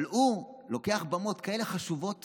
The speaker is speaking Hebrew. אבל הוא לוקח במות כאלה חשובות